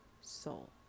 soul